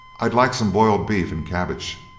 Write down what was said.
i'd like some boiled beef and cabbage.